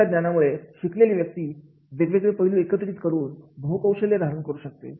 अशा ज्ञानामुळे शिकलेली व्यक्ती वेगवेगळे पैलू एकत्रित करून बहु कौशल्य धारण करू शकते